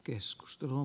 keskustelu